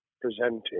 presenting